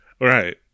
Right